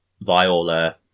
Viola